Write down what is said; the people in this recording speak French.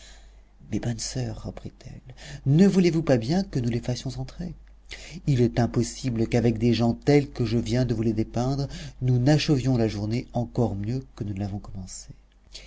mes bonnes soeurs reprit-elle ne voulez-vous pas bien que nous les fassions entrer il est impossible qu'avec des gens tels que je viens de vous les dépeindre nous n'achevions la journée encore mieux que nous ne l'avons commencée